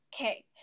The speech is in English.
Okay